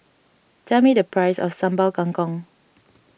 tell me the price of Sambal Kangkong